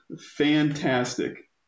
fantastic